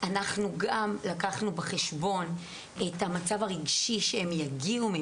הערכה שלנו היא שככל שהזמן יימשך,